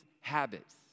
habits